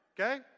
Okay